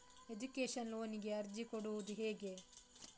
Education ಲೋನಿಗೆ ಅರ್ಜಿ ಕೊಡೂದು ಹೇಗೆ?